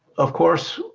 of course,